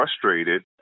frustrated